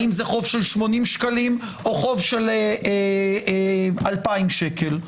האם זה חוב של 80 שקלים או חוב של 2,000 שקל.